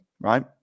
right